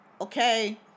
okay